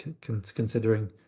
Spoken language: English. considering